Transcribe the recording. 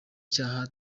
cyaha